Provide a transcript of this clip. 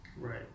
right